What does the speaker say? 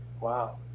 Wow